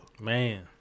Man